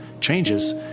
changes